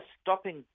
stopping